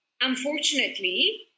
unfortunately